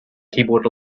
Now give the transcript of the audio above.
keyboard